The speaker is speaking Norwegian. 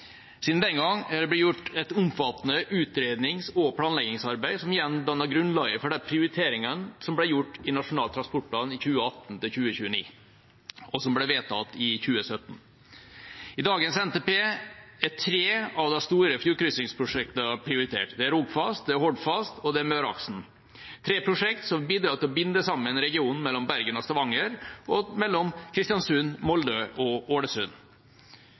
Siden den gang har det blitt gjort et omfattende utrednings- og planleggingsarbeid, som igjen danner grunnlaget for de prioriteringene som ble gjort i Nasjonal transportplan 2018–2029, og som ble vedtatt i 2017. I dagens NTP er tre av de store fjordkryssingsprosjektene prioritert. Det er Rogfast, Hordfast og Møreaksen – tre prosjekter som vil bidra til å binde sammen regionen mellom Bergen og Stavanger og mellom Kristiansund, Molde og Ålesund.